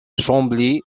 chambly